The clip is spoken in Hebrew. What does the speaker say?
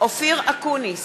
אופיר אקוניס,